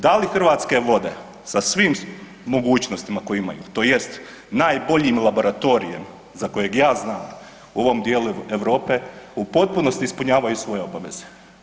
Da li Hrvatske vode, sa svim mogućnostima koje imaju, tj. najboljim laboratorijem za kojeg ja znam u ovom dijelu Europe u potpunosti ispunjavaju svoje obaveze.